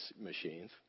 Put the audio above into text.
machines